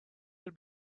had